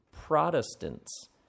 Protestants